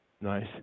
Nice